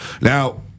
now